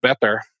better